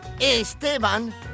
Esteban